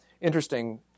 interesting